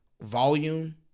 volume